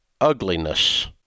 ugliness